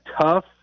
tough